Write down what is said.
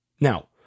Now